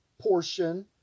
portion